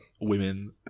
women